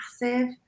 massive